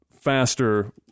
faster